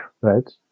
right